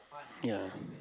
ya